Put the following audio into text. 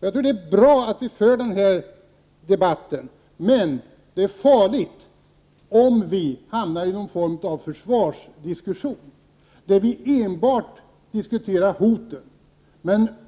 Det är därför bra att vi för denna debatt, men det är farligt om vi hamnar i någon form av försvarsposition, där vi enbart diskuterar hoten